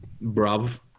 Brav